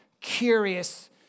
curious